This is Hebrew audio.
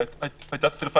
והייתה שריפה,